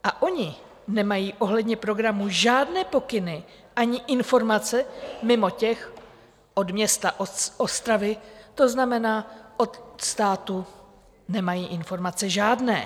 A oni nemají ohledně programu žádné pokyny ani informace mimo ty od města Ostravy, to znamená, od státu nemají informace žádné.